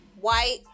white